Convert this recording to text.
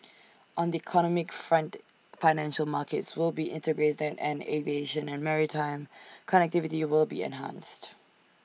on the economic front financial markets will be integrated and aviation and maritime connectivity will be enhanced